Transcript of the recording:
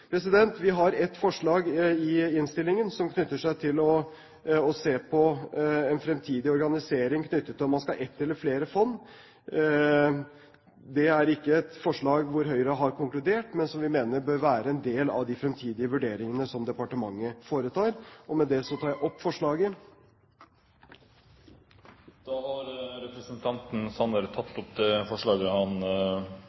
Vi har et forslag i innstillingen om å se på en fremtidig organisering knyttet til om man skal ha ett eller flere fond. Det er ikke et forslag hvor Høyre har konkludert, men som vi mener bør være en del av de fremtidige vurderingene som departementet foretar, og med det tar jeg opp forslaget. Representanten Jan Tore Sanner har tatt